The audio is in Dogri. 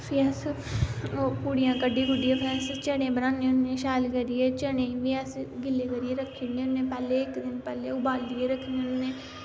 फ्ही अस पूड़ियां क'ड्ढी कुड्ढियै फ्ही अस चनें बनाने होन्ने शैल करियै चनेंई उनें अस गिल्ले करियै रक्खी ओड़ने होन्ने पैह्ले इक दिन पैह्ले उबालियै रक्खी ओड़ने होन्ने